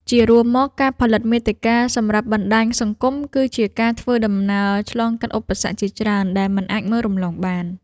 ជារួមមក ការផលិតមាតិកាសម្រាប់បណ្ដាញសង្គមគឺជាការធ្វើដំណើរឆ្លងកាត់ឧបសគ្គជាច្រើនដែលមិនអាចមើលរំលងបាន។